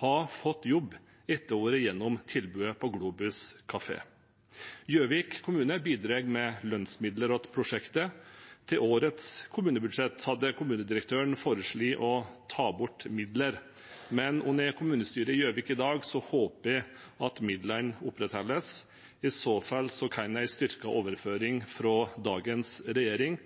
har fått jobb etter å ha vært gjennom tilbudet på Globus kafé. Gjøvik kommune bidrar med lønnsmidler til prosjektet. Til årets kommunebudsjett hadde kommunedirektøren foreslått å ta bort midler. Men under kommunestyret i Gjøvik i dag håper jeg midlene opprettholdes. I så fall kan en styrket overføring fra dagens regjering